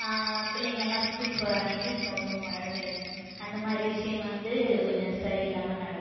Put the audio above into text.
பிள்ளைங்கள்லாம் ஸ்கூல் போகிற அன்னைக்கு ரொம்ப மழை பெய்யும் அந்த மாதிரி விஷயம் வந்து கொஞ்சம் சரியில்லாமல் நடக்கும்